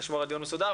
נשמור על דיון מסודר.